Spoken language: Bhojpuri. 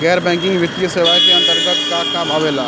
गैर बैंकिंग वित्तीय सेवाए के अन्तरगत का का आवेला?